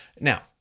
Now